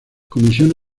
comisión